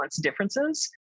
differences